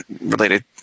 related